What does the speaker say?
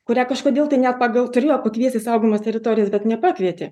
kurią kažkodėl tai ne pagal turėjo pakviesti saugomas teritorijas bet nepakvietė